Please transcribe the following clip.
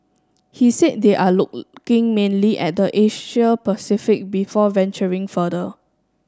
he said they are looking mainly at the Asia Pacific before venturing further